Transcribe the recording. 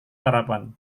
sarapan